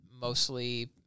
mostly